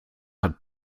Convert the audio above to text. hat